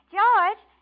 George